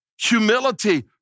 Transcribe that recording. Humility